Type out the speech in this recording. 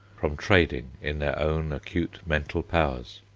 from trading in their own acute mental powers.